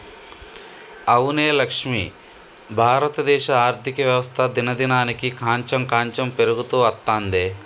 అవునే లక్ష్మి భారతదేశ ఆర్థిక వ్యవస్థ దినదినానికి కాంచెం కాంచెం పెరుగుతూ అత్తందే